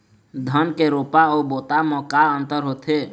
धन के रोपा अऊ बोता म का अंतर होथे?